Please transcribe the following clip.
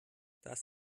das